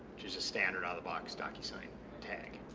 which is a standard out-of-the-box docusign tag.